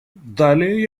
далее